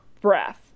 breath